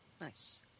Nice